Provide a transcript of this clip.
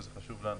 וזה חשוב לנו.